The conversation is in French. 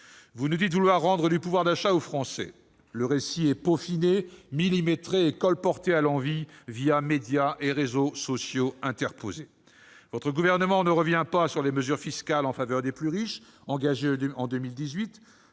Vous nous dites vouloir rendre du pouvoir d'achat aux Français. Le récit est peaufiné, millimétré et colporté à l'envi médias et réseaux sociaux. Le Gouvernement ne revient pas sur les mesures fiscales en faveur des plus riches, engagées en 2018